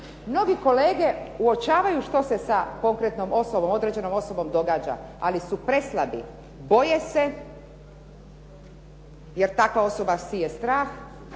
Mnogi kolete uočavaju što se sa konkretnom osobom, određenom osobom događa. Ali su preslabi, boje se jer takva osoba sije strah,